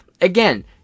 again